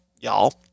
Y'all